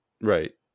Right